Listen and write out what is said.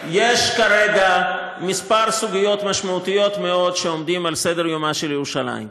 יש כרגע כמה סוגיות משמעותיות מאוד שעומדות על סדר-יומה של ירושלים: